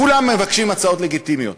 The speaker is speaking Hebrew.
כולם מבקשים בקשות לגיטימיות.